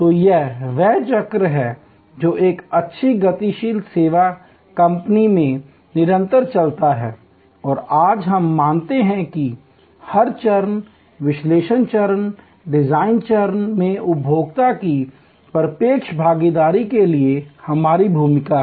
तो यह वह चक्र है जो एक अच्छी गतिशील सेवा कंपनी में निरंतर चलता है और आज हम मानते हैं कि हर चरण विश्लेषण चरण डिज़ाइन चरण में उपभोक्ता की प्रत्यक्ष भागीदारी के लिए हमारी भूमिका है